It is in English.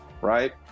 right